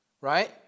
right